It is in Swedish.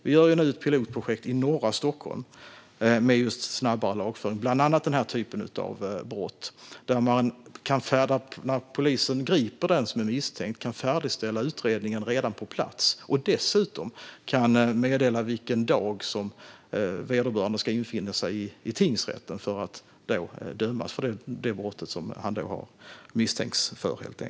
Vi har nu ett pilotprojekt i norra Stockholm med snabbare lagföring av bland annat denna typ av brott. Polisen griper den som är misstänkt och kan färdigställa utredningen redan på plats. Man kan dessutom meddela vilken dag som vederbörande ska infinna sig i tingsrätten för att dömas för det brott som han misstänks ha begått.